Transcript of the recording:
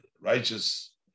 righteous